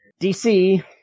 DC